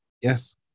Yes